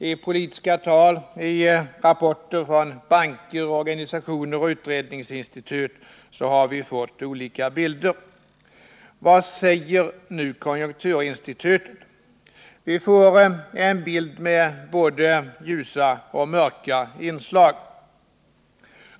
I politiska tal och i rapporter från banker, organisationer och utredningsinstitut har vi fått olika bilder. Vad säger nu konjunkturinstitutet? Vi får en bild med både ljusa och mörka inslag.